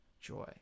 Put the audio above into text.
joy